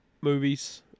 movies